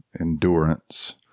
endurance